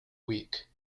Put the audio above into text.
week